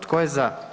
Tko je za?